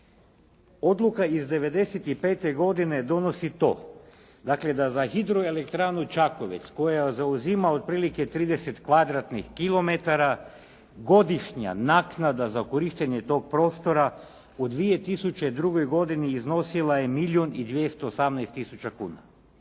Odluka iz '95. godine donosi to, dakle da za hidroelektranu Čakovec koja zauzima otprilike 30 kvadratnih kilometara godišnja naknada za korištenje tog prostora u 2002. godini iznosila je milijun